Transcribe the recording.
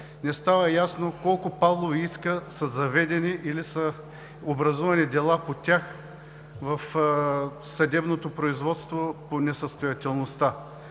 не става ясно колко „Павлови иска“ са заведени или са образувани дела по тях в съдебното производство по несъстоятелността.